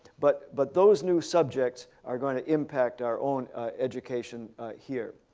but but those new subjects are going to impact our own education here.